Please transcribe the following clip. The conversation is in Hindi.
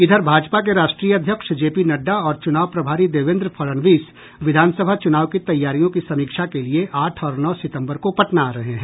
इधर भाजपा के राष्ट्रीय अध्यक्ष जे पी नड्डा और चुनाव प्रभारी देवेंद्र फडनवीस विधानसभा चुनाव की तैयारियों की समीक्षा के लिये आठ और नौ सितंबर को पटना आ रहे हैं